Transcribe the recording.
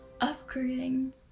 upgrading